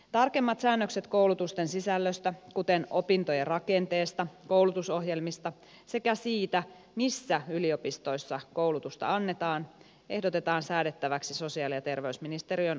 tarkemmat säännökset koulutusten sisällöstä kuten opintojen rakenteesta koulutusohjelmista sekä siitä missä yliopistoissa koulutusta annetaan ehdotetaan säädettäväksi sosiaali ja terveysministeriön asetuksella